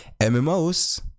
MMOs